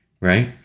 right